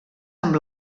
amb